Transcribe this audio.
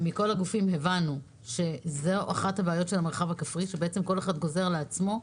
מכל הגופים הבנו שאחת הבעיות של המרחב הכפרי היא שכל אחד גוזר לעצמו,